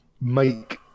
make